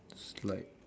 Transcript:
slide